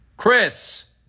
Chris